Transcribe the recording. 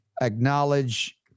acknowledge